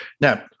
Now